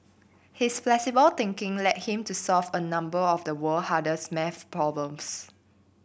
his flexible thinking led him to solve a number of the world hardest maths problems